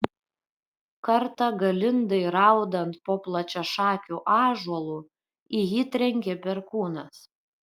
kartą galindai raudant po plačiašakiu ąžuolu į jį trenkė perkūnas